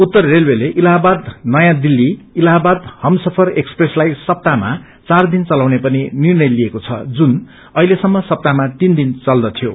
उत्तर रेलवेले इलाहाबाद नयाँ दिल्सी इलाहाबाद हमसफर एक्सप्रेसलाई सप्ताहमा चार दिन चलाउने पनि निर्णय लिएको छ जुन अहिलेसम्म सप्ताहमा तीन दिन चल्दथ्यो